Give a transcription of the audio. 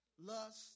lust